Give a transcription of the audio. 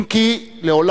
אם כי, לאחר